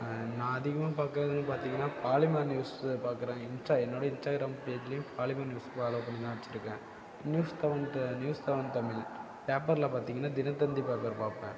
நான் அதிகமாக பார்க்குறதுனு பார்த்திங்கன்னா பாலிமர் நியூஸ் பார்க்குறேன் இன்ஸ்டா என்னுடைய இன்ஸ்டாகிராம் பேஜ்லியும் பாலிமர் நியூஸ் ஃபாலோ பண்ணி தான் வச்சுருக்கேன் news seven news seven Tamil பேப்பரில் பார்த்திங்கன்னா தினத்தந்தி பேப்பர் பார்ப்பேன்